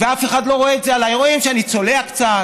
ואף אחד לא רואה את זה עליי, רואים שאני צולע קצת,